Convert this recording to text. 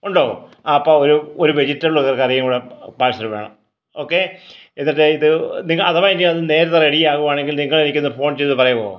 ഉണ്ടോ അപ്പോൾ ഒരു ഒരു വെജിറ്റബിൾ കറിയും കൂടെ പാഴ്സൽ വേണം ഓക്കേ എന്നിട്ട് ഇത് നിങ്ങൾ അഥവാ ഇനി അത് നേരത്തെ റെഡി ആവുകയാണെങ്കിൽ നിങ്ങൾ എനിക്കൊന്ന് ഫോൺ ചെയ്തു പറയുവോ